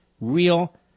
real